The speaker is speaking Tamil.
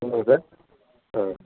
சொல்லுங்கள் சார் ஆ